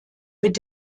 mit